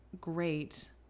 great